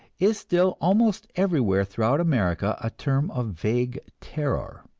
is still almost everywhere throughout america a term of vague terror.